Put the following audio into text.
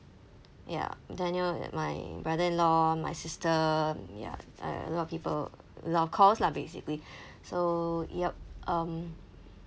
ya daniel my brother in law my sister ya uh a lot of people a lot of calls lah basically so yup um